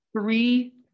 three